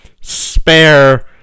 spare